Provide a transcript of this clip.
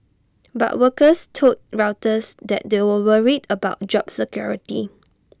but workers told Reuters that they were worried about job security